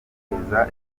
ibicuruzwa